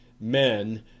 men